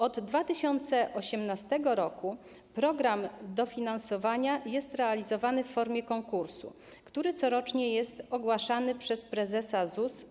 Od 2018 r. program dofinansowania jest realizowany w formie konkursu, który corocznie ogłaszany jest przez prezesa ZUS.